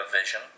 vision